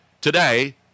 today